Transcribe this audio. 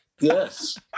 Yes